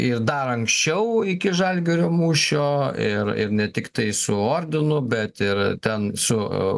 ir dar anksčiau iki žalgirio mūšio ir ir ne tiktai su ordinu bet ir ten su